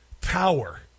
power